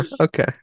Okay